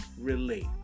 relate